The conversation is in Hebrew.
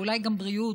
ואולי גם בריאות,